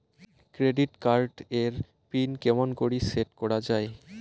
Credit card এর pin কেমন করি সেট করা য়ায়?